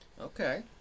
Okay